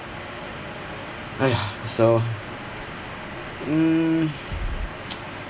!aiya! so mm